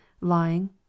lying